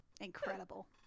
Incredible